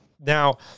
now